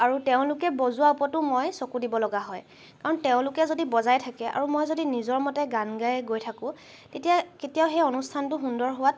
আৰু তেওঁলোকে বজোৱাৰ ওপৰতো মই চকু দিব লগা হয় কাৰণ তেওঁলোকে যদি বজাই থাকে আৰু মই যদি নিজৰ মতে গান গাই গৈ থাকোঁ তেতিয়া কেতিয়াও সেই অনুষ্ঠানটো সুন্দৰ হোৱাত